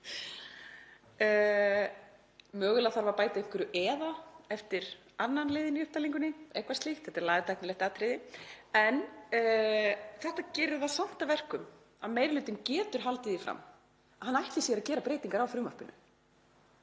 Mögulega þarf að bæta við „eða“ eftir 2. liðinn í upptalningunni, eitthvað slíkt, þetta er lagatæknilegt atriði. Þetta gerir það samt að verkum að meiri hlutinn getur haldið því fram að hann ætli sér að gera breytingar á frumvarpinu